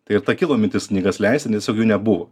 tai ir kilo mintis knygas leisti nes jau jų nebuvo